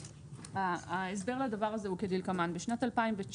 ההסבר הוא כדלקמן: בשנת 2019